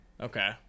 Okay